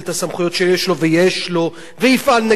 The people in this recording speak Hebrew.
ויפעל נגד בתי-הספר הגזעניים האלה,